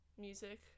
music